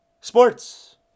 sports